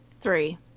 Three